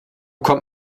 kommt